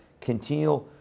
continue